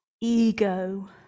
ego